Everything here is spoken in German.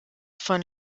von